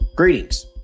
Greetings